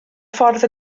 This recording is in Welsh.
ffordd